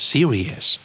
Serious